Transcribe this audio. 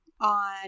on